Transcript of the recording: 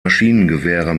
maschinengewehre